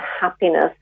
happiness